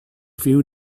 few